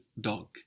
dog